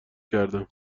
کردم